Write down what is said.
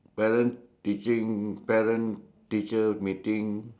parent teaching parent teacher meeting